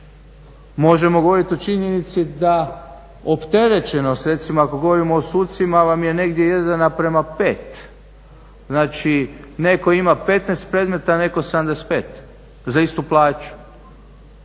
možemo govorit o činjenici da opterećenost recimo ako govorimo o sudcima vam je negdje 1:5. Znači neko ima 15 predmeta neko 75 za istu plaću.